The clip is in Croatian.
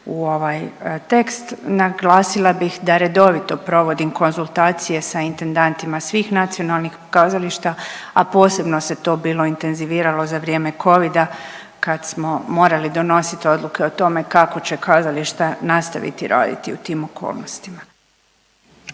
u ovaj tekst. Naglasila bih da redovito provodim konzultacije sa intendantima svih nacionalnih kazališta, a posebno se to bilo intenziviralo za vrijeme covida kad smo morali donositi odluke o tome kako će kazališta nastaviti raditi u tim okolnostima.